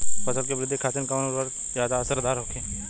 फसल के वृद्धि खातिन कवन उर्वरक ज्यादा असरदार होखि?